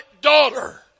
daughter